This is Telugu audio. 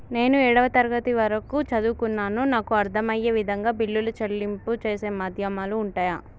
నేను ఏడవ తరగతి వరకు చదువుకున్నాను నాకు అర్దం అయ్యే విధంగా బిల్లుల చెల్లింపు చేసే మాధ్యమాలు ఉంటయా?